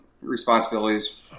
responsibilities